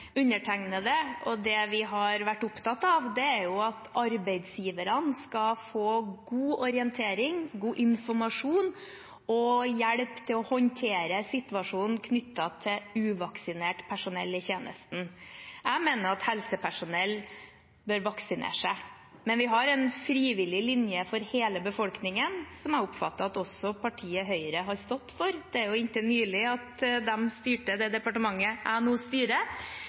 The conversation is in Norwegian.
undertegnede. Det vi har vært opptatt av, er at arbeidsgiverne skal få god orientering, god informasjon og hjelp til å håndtere situasjonen knyttet til uvaksinert personell i tjenesten. Jeg mener at helsepersonell bør vaksinere seg, men vi har en frivillig linje for hele befolkningen, som jeg oppfatter at også partiet Høyre har stått for. De styrte jo inntil nylig det departementet jeg nå styrer. Men det er viktig at man da omplasserer helsepersonell, og det